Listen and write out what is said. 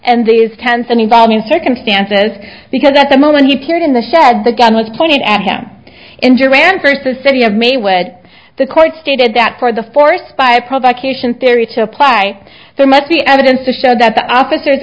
and these tents and evolving circumstances because at the moment he peered in the shed the gun was pointed at him in duran first the city of maywood the quite stated that for the forest by provocation there each apply there must be evidence to show that the officer